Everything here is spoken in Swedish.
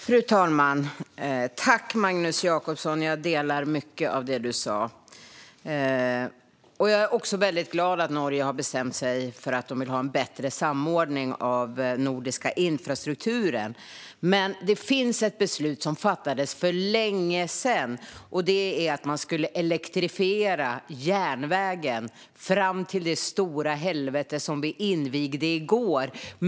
Fru talman! Tack, Magnus Jacobsson! Jag delar din syn i mycket av det du sa. Jag är också glad att Norge har bestämt sig för att de vill ha en bättre samordning av den nordiska infrastrukturen. Det finns ett beslut som fattades för länge sedan, nämligen att man skulle elektrifiera järnvägen fram till det stora helvete som vi invigde i går.